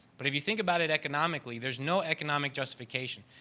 but if you think about it economically, there's no economic justification.